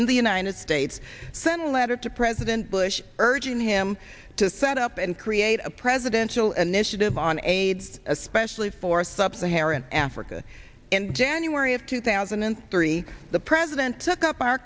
in the united states senate letter to president bush urging him to set up and create a presidential an initiative on aids especially for subsaharan africa in january of two thousand and three the president took up our